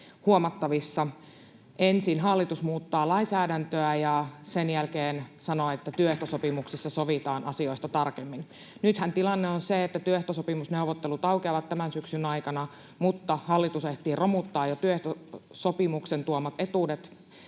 huomattavissa. Ensin hallitus muuttaa lainsäädäntöä ja sen jälkeen sanoo, että työehtosopimuksessa sovitaan asioista tarkemmin. Nythän tilanne on se, että työehtosopimusneuvottelut aukeavat tämän syksyn aikana, mutta hallitus ehtii jo romuttaa työehtosopimuksen tuomat etuudet